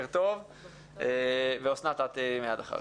אחרי נשמע את אסנת ספורטה.